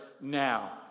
Now